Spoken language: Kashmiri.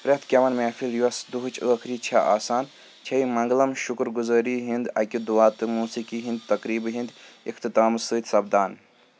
پرٛتھ گٮ۪وَن محفِل یۄس دۅہٕچ ٲخری چھےٚ آسان چھےٚ منٛگَلم شُکُر گُزٲری ہٕنٛدِ اَکہِ دُعا تہٕ موسیٖقی ہٕنٛدِ تقریٖبہِ ہٕنٛدِ اِختِتامہٕ سۭتۍ سَپدان